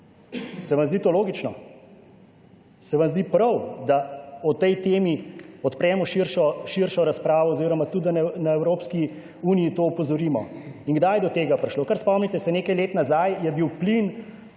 Se vam zdi to logično? Se vam zdi prav, da o tej temi odpremo širšo razpravo oziroma tudi, da na Evropski uniji to opozorimo. Kdaj je do tega prišlo? Kar spomnite se, nekaj let nazaj je bil plin